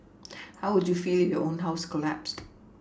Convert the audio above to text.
how would you feel your own house collapsed